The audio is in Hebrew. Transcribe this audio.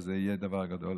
וזה יהיה דבר גדול